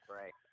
Right